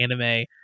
anime